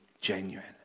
genuine